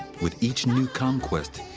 with each new conquest,